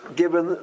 given